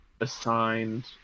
assigned